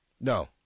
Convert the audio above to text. No